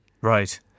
Right